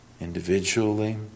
individually